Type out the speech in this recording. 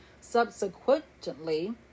subsequently